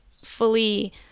fully